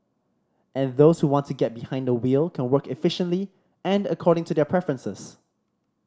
and those who want to get behind the wheel can work efficiently and according to their preferences